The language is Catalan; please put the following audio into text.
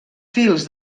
fils